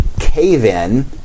cave-in